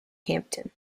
hampton